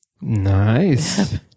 Nice